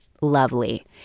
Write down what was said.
lovely